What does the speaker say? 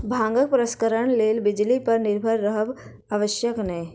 भांगक प्रसंस्करणक लेल बिजली पर निर्भर रहब आवश्यक नै